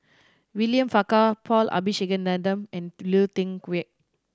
William Farquhar Paul Abisheganaden and Lui Tuck Yew